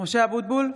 משה אבוטבול,